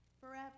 forever